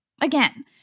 Again